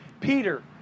Peter